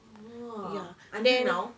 !wah! until now